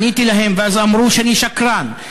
עניתי להם, ואז אמרו שאני שקרן.